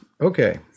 okay